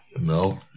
No